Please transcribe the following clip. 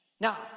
Now